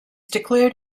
declared